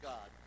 God